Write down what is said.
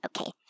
Okay